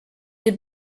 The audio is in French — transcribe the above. des